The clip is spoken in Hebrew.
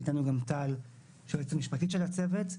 ואיתנו גם טל שהיא היועצת המשפטית של הצוות.